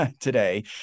today